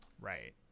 Right